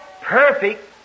perfect